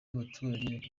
abaturage